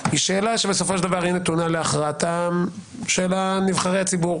היא שאלה שבסופו של דבר נתונה להכרעתם של נבחרי הציבור.